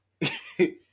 Hey